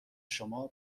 شما